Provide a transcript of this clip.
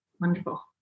Wonderful